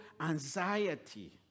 anxiety